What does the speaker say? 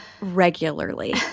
regularly